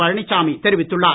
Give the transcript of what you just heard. பழனிசாமி தெரிவித்துள்ளார்